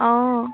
অঁ